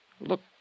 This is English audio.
Look